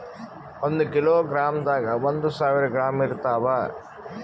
ಒಂದ್ ಕಿಲೋಗ್ರಾಂದಾಗ ಒಂದು ಸಾವಿರ ಗ್ರಾಂ ಇರತಾವ